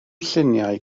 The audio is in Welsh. lluniau